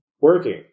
working